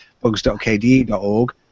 bugs.kde.org